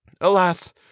Alas